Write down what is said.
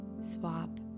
swap